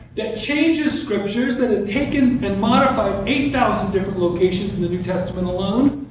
that changes scriptures, that has taken and modified eight thousand different locations in the new testament alone.